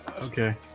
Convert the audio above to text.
Okay